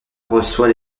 reçoit